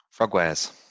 Frogwares